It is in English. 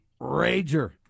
rager